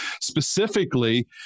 specifically